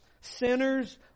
sinners